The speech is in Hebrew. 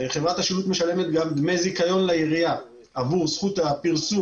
חברת השילוט משלמת גם דמי זיכיון לעירייה עבור זכות הפרסום